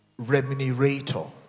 remunerator